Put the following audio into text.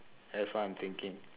that's what i'm thinking